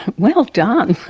well done!